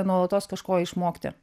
nuolatos kažko išmokti